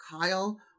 Kyle